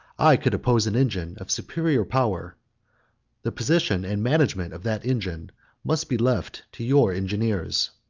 i could oppose an engine of superior power the position and management of that engine must be left to your engineers.